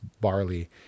Barley